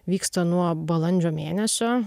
vyksta nuo balandžio mėnesio